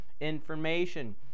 information